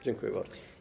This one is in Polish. Dziękuję bardzo.